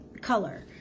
color